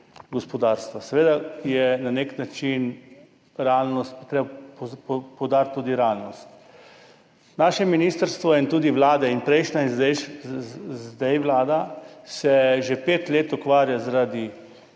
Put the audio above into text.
Seveda je na nek način treba poudariti tudi realnost. Naše ministrstvo in tudi vlada, in prejšnja in zdajšnja vlada, se že pet let ukvarjata zaradi